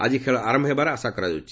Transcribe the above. ଆଜି ଖେଳ ଆରମ୍ଭ ହେବାର ଆଶା କରାଯାଉଛି